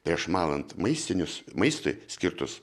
prieš malant maistinius maistui skirtus